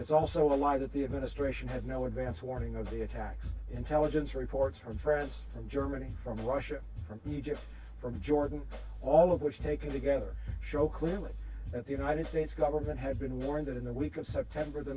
it's also a lie that the administration had no advance warning of the attacks intelligence reports from france from germany from russia from egypt from jordan all of which taken together show clearly that the united states government had been warned in a week of september the